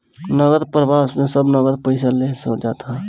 नगद प्रवाह में सब नगद पईसा लेहल जात हअ